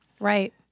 Right